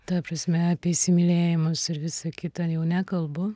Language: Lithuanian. ta prasme apie įsimylėjimus ir visa kita jau nekalbu